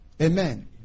Amen